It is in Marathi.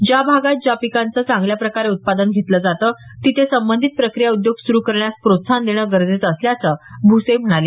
ज्या भागात ज्या पिकांचे चांगल्या प्रकारे उत्पादन घेतलं जातं तिथे संबंधित प्रक्रिया उद्योग सुरू करण्यास प्रोत्साहन देणं गरजेचं असल्याचं भुसे म्हणाले